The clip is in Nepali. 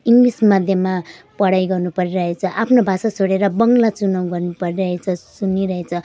इङ्ग्लिस माध्यममा पढाइ गर्नु परिरहेछ आफ्नो भाषा छोडेर बङ्ला चुनाउ गर्नु परिरहेछ चुनिरहेछ